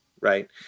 right